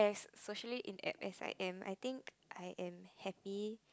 socially in s_i_m I think I am happy